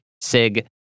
SIG